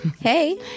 Hey